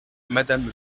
madame